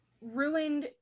ruined